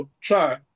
Try